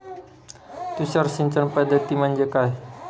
तुषार सिंचन पद्धती म्हणजे काय?